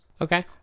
Okay